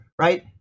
Right